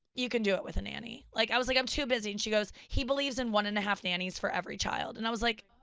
you can do it with a nanny. like i was like, i'm too busy, and she goes, he believes in one and a half nannies for every child. and i was like,